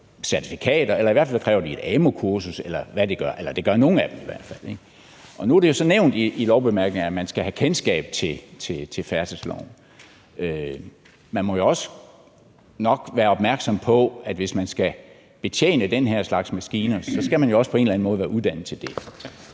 certifikater. I hvert fald kræver nogle af dem et amu-kursus, eller hvad de nu gør, og nu er det jo så nævnt i lovbemærkningerne, at man skal have kendskab til færdselsloven. Man må jo nok også være opmærksom på, at hvis man skal betjene den her slags maskiner, skal man på en eller anden måde være uddannet til det.